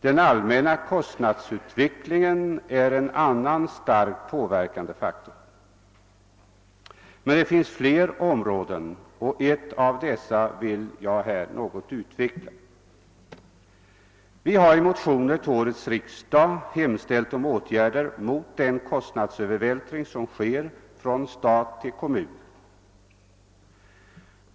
Den allmänna kostnadsutvecklingen är en annan starkt påverkande faktor. Men det finns fler områden, och ett av dessa vill jag här något utveckla. Vi har i motioner till årets riksdag hemställt om åtgärder mot den kostnadsövervältring som sker från stat till kommun.